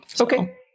Okay